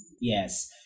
Yes